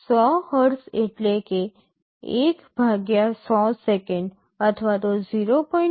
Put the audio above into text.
100 hertz એટલે કે 1100 second 0